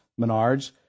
Menards